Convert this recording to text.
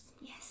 Yes